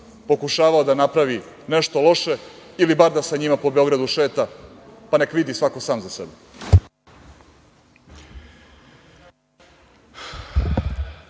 pokušavao da napravi nešto loše ili bar sa njima da po Beogradu šeta, pa nek vidi svako sam za sebe.